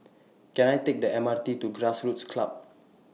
Can I Take The M R T to Grassroots Club